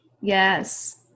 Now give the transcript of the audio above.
Yes